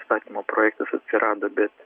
įstatymo projektas atsirado bet